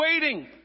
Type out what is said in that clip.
waiting